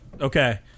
okay